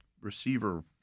receiver